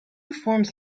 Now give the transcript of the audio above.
forms